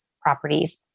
properties